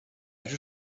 جور